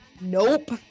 nope